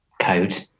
code